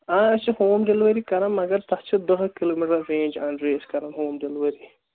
آ أسۍ چھِ ہوم ڈیلوری کران مگر تَتھ چھِ دہَے کِلوٗمیٖٹر رینٛج اَنڈرے أسۍ کَرَان ہوم ڈیلؤری